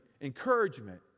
encouragement